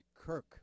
Kirk